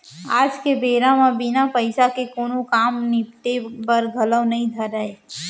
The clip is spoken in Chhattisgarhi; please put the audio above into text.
आज के बेरा म बिना पइसा के कोनों काम निपटे बर घलौ नइ धरय